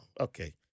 Okay